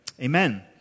Amen